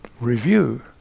review